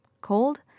Cold